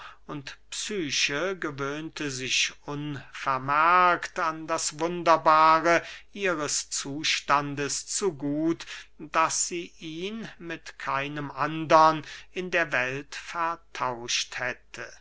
und psyche gewöhnte sich unvermerkt an das wunderbare ihres zustandes so gut daß sie ihn mit keinem andern in der welt vertauscht hätte